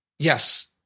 Yes